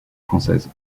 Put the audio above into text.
française